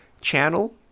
Channel